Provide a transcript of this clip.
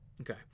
Okay